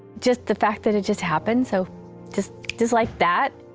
just the fact that it just happened, so just just like that,